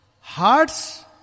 Hearts